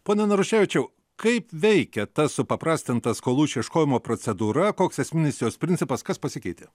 pone naruševičiau kaip veikia ta supaprastinta skolų išieškojimo procedūra koks esminis jos principas kas pasikeitė